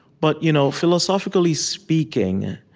but you know philosophically speaking,